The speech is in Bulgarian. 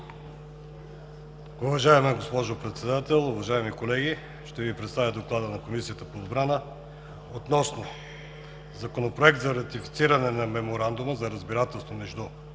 Уважаема госпожо Председател, уважаеми колеги, ще Ви представя Доклада на Комисията по отбрана относно Законопроект за ратифициране на Меморандума за разбирателство между